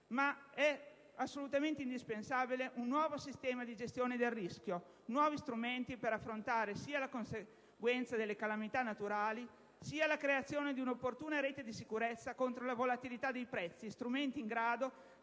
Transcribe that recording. Ma è assolutamente indispensabile un nuovo sistema di gestione del rischio e nuovi strumenti per affrontare sia la conseguenza delle calamità naturali, sia la creazione di un'opportuna rete di sicurezza contro la volatilità dei prezzi, strumenti in grado